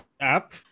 app